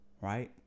Right